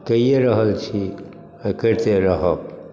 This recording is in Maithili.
कइये रहल छी आओर करिते रहब